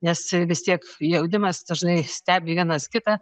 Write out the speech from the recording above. nes vis tiek jaunimas dažnai stebi vienas kitą